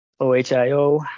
OHIO